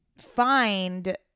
find